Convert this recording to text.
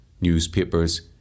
newspapers